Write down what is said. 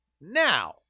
Now